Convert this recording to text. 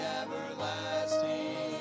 everlasting